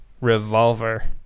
Revolver